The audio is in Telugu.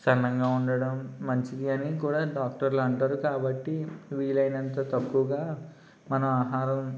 సన్నంగా ఉండడం మంచిది అని కూడా డాక్టర్లు అంటారు కాబట్టి వీలైనంత తక్కువగా మన ఆహారం